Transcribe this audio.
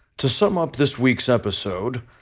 to sum up this week's episode,